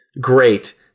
great